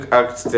act